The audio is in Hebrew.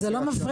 זה לא מפריע,